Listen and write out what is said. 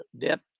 depth